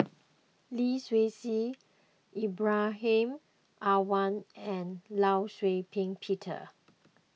Lee Seow Ser Ibrahim Awang and Law Shau Ping Peter